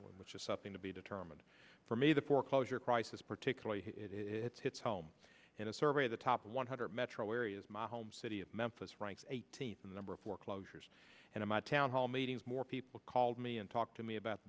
which is something to be determined for me the foreclosure crisis particularly it's hits home in a survey of the top one hundred metro areas my home city of memphis ranks eighteenth in the number of foreclosures and in my town hall meetings more people called me and talk to me about